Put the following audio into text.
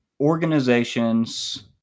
organizations